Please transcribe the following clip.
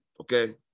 okay